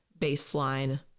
baseline